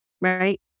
right